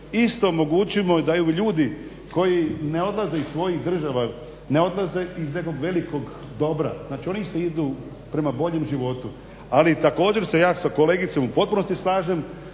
Isto omogućimo da ljudi koji ne odlaze iz svojih država ne odlaze iz nekog velikog dobra, znači oni isto idu prema boljem životu. Ali također se ja sa kolegicom u potpunosti slažem